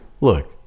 Look